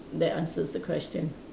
that answers the question